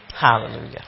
Hallelujah